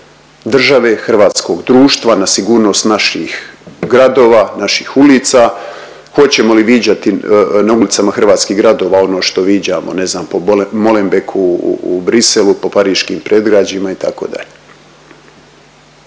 države, hrvatskog društva, na sigurnost naših gradova, naših ulica, hoćemo li viđati na ulicama hrvatskih gradova ono što viđamo ne znam po Molenbeeku u Bruxellesu, po pariškim predgrađima itd.